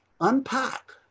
unpack